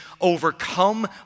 overcome